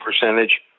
percentage